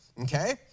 Okay